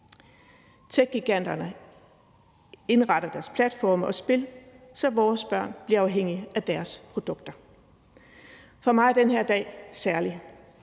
Techgiganterne indretter deres platforme og spil, så vores børn bliver afhængige af deres produkter. For mig er den her dag særlig,